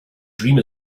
dream